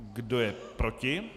Kdo je proti?